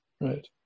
Right